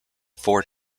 four